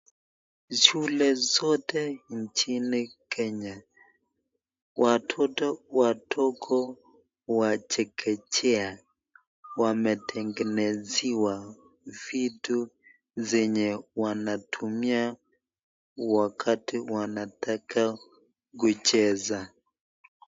Shule zote nchini Kenya, watoto wadogo wa chekechea wametengenezewa vitu zenye wanatumia wakati wanataka kucheza